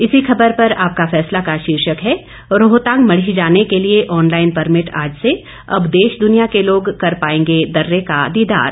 इसी खबर पर आपका फैसला का शीर्षक है रोहतांग मढ़ी जाने के लिये ऑनलाईन परमिट आज से अब देश दुनिया के लोग कर पाएंगे दर्रे का दीदार